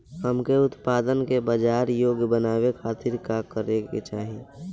हमके उत्पाद के बाजार योग्य बनावे खातिर का करे के चाहीं?